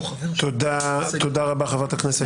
תודה רבה, חברת הכנסת גוטליב.